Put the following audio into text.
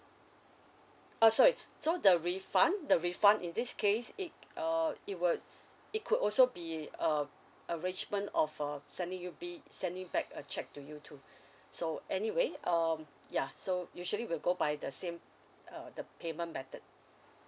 uh sorry so the refund the refund in this case it uh it will it could also be uh arrangement of uh sending you be sending back a cheque to you too so anyway um ya so usually we'll go by the same uh the payment method